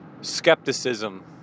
skepticism